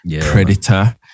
Predator